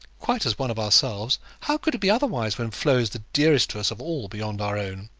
quite as one of ourselves. how could it be otherwise when flo is the dearest to us of all beyond our own?